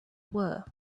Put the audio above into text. were